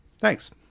Thanks